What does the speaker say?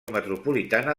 metropolitana